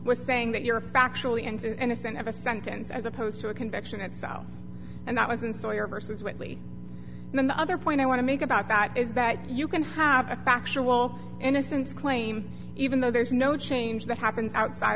with saying that you're factually and assent of a sentence as opposed to a conviction that so and that wasn't sawyer versus whitley the other point i want to make about that is that you can have a factual innocence claim even though there's no change that happens outside